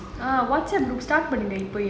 WhatsApp group பண்ணுங்க இப்பயே:pannunga ippayae